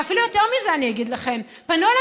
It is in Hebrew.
ואפילו יותר מזה אני אגיד לכם: פנו אליי